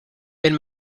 wenn